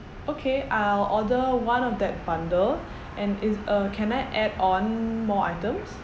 okay I'll order one of that bundle and is uh can I add on more items